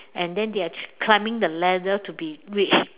and then they are climbing the ladder to be rich